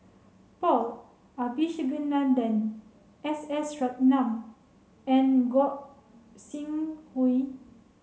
Paul Abisheganaden S S Ratnam and Gog Sing Hooi